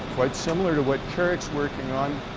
quite similar to what carrick's working on.